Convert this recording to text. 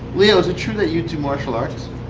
leo, is it true that you do martial arts?